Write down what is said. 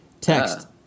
text